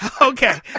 okay